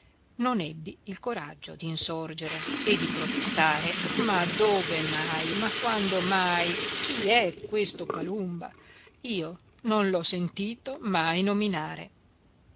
non ebbi il coraggio d'insorgere e di protestare ma dove mai ma quando mai chi è questo palumba io non l'ho sentito mai nominare